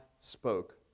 spoke